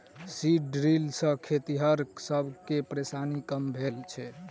seed drill सॅ खेतिहर सब के परेशानी कम भेल छै